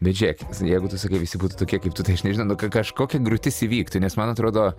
bet žiūrėkit jeigu tu sakai visi būtų tokie kaip tu tai aš nežinau kažkokia griūtis įvyktų nes man atrodo